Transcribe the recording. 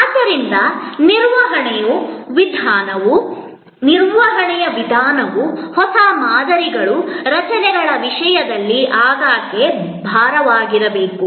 ಆದ್ದರಿಂದ ನಿರ್ವಹಣೆಯ ವಿಧಾನವು ಹೊಸ ಮಾದರಿಗಳು ರಚನೆಗಳ ವಿಷಯದಲ್ಲಿ ಆಗಾಗ್ಗೆ ಭಾಗವಾಗಿರಬೇಕು